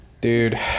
Dude